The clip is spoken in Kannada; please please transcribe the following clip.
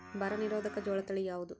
ಬರ ನಿರೋಧಕ ಜೋಳ ತಳಿ ಯಾವುದು?